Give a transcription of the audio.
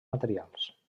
materials